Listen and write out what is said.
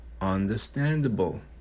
understandable